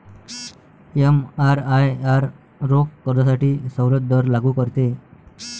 एमआरआयआर रोख कर्जासाठी सवलत दर लागू करते